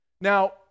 Now